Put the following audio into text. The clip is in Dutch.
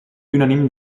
unaniem